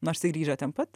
nors ir grįžo ten pat